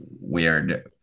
weird